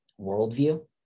worldview